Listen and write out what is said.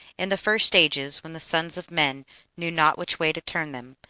in the first ages, when the sons of men knew not which way to turn them,